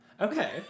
Okay